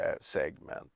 segment